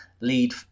lead